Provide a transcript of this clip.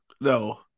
No